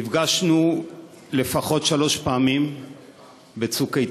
נפגשנו לפחות שלוש פעמים ב"צוק איתן".